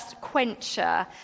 quencher